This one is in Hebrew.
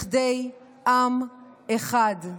לכדי עם אחד.